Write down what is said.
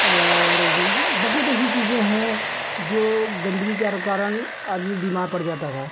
और बहुत ऐसी चीज़ें हैं जो गन्दगी के कारण आदमी बीमार पड़ जाता था